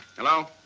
hello.